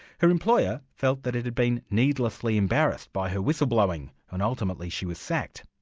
her employer felt that it had been needlessly embarrassed by her whistleblowing and ultimately she was sacked.